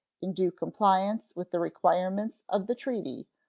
in due compliance with the requirements of the treaty,